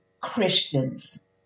Christians